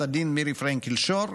עו"ד מירי פרנקל שור.